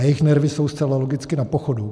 Jejich nervy jsou zcela logicky na pochodu.